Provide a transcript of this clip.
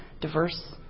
diverse